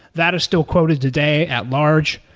that is still quoted today at large.